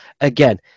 Again